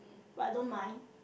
but I don't mind